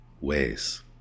ways